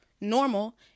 normal